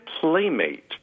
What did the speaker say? playmate